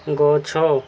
ଗଛ